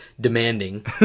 demanding